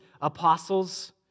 apostles